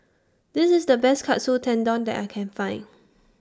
This IS The Best Katsu Tendon that I Can Find